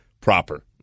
proper